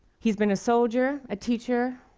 he's been a soldier, a teacher,